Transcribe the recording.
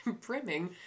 brimming